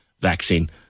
vaccine